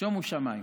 שומו שמיים,